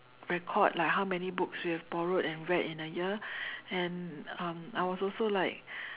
record like how many books we've borrowed and read in a year and um I was also like